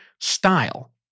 style